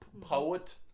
Poet